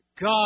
God